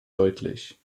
deutlich